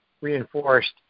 reinforced